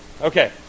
okay